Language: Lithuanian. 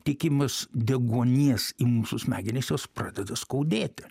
tiekimas deguonies į mūsų smegenys jos pradeda skaudėti